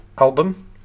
album